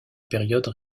période